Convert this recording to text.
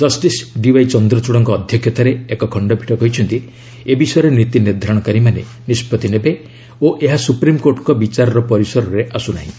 justice DY ଚନ୍ଦ୍ରଚଡ଼ଙ୍କ ଅଧ୍ୟକ୍ଷତାରେ ଖଣ୍ଡପୀଠ କହିଛନ୍ତି ଏ ବିଷୟରେ ନୀତି ନିର୍ଦ୍ଧାରଣକାରୀ ମାନେ ନିଷ୍ପଭି ନେବେ ଓ ଏହା ସ୍ୱପ୍ରିମ୍କୋର୍ଟଙ୍କ ବିଚାରର ପରିସରରେ ଆସ୍ତ ନାହିଁ